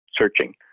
searching